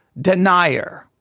denier